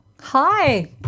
Hi